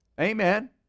Amen